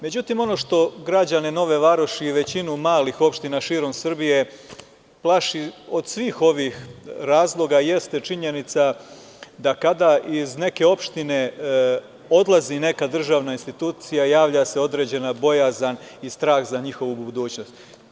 Međutim, ono što građane Nove Varoši i većinu malih opština širom Srbije plaši, od svih ovih razloga, jeste činjenica da kada iz neke opštine odlazi neka državna institucija javlja se određena bojazan i strah za njihovu budućnost.